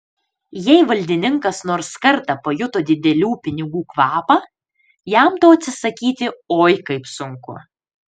jei valdininkas nors kartą pajuto didelių pinigų kvapą jam to atsisakyti oi kaip sunku